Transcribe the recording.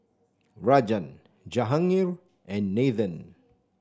Rajan Jahangir and Nathan